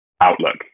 outlook